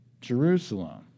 Jerusalem